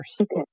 Okay